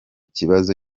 kibazo